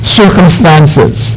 circumstances